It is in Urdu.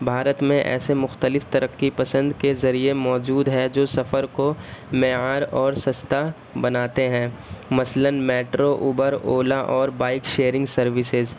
بھارت میں ایسے مختلف ترقی پسند کے ذریعے موجود ہیں جو سفر کو معیار اور سستا بناتے ہیں مثلاً میٹرو اوبر اولا اور بائک شیئرنگ سروسیز